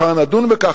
מחר נדון בכך,